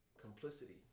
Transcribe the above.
complicity